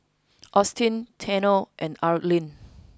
Austyn Tanner and Arlin